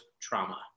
trauma